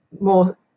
more